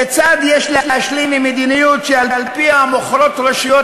כיצד יש להשלים עם מדיניות שעל-פיה מוכרות רשויות